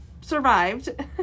survived